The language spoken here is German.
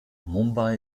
mumbai